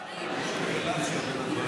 מציע,